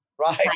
Right